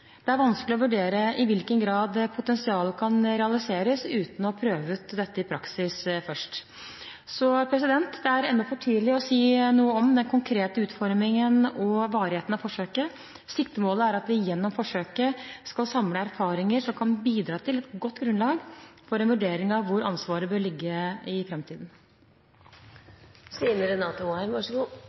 Det er vanskelig å vurdere i hvilken grad potensialet kan realiseres, uten å prøve ut dette i praksis først. Det er ennå for tidlig å si noe om den konkrete utformingen og varigheten av forsøket. Siktemålet er at vi gjennom forsøket skal samle erfaringer som kan bidra til et godt grunnlag for en vurdering av hvor ansvaret bør ligge i